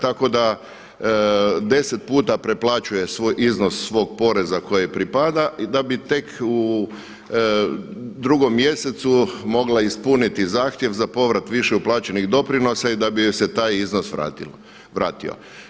Tako da 10 puta preplaćuje svoj iznos svog poreza koji joj pripada da bi tek u 2. mjesecu mogla ispuniti zahtjev za povrat više uplaćenih doprinosa i da bi joj se taj iznos vratio.